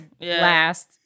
last